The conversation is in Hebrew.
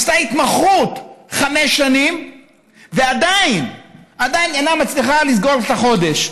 עשתה התמחות חמש שנים ועדיין אינה מצליחה לסגור את החודש.